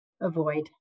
avoid